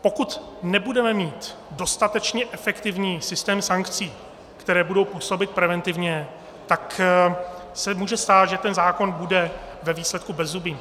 Pokud nebudeme mít dostatečně efektivní systém sankcí, které budou působit preventivně, tak se může stát, že ten zákon bude ve výsledku bezzubý.